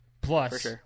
Plus